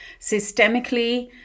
systemically